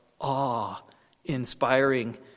awe-inspiring